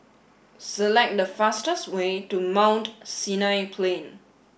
select the fastest way to Mount Sinai Plain